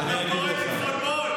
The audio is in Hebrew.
ואתה קורא לי "צפונבון",